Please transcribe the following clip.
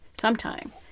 sometime